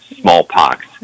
smallpox